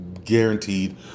guaranteed